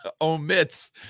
omits